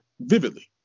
vividly